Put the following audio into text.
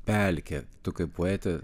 pelkė tu kaip poetė